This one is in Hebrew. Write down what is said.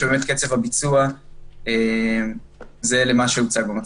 ובאמת קצב הביצוע זהה למה שהוצג במצגת.